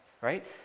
right